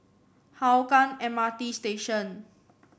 Hougang M R T Station